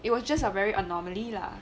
it was just a very anomaly lah